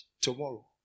Tomorrow